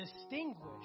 distinguish